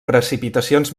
precipitacions